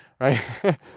right